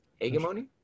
Hegemony